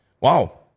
Wow